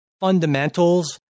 fundamentals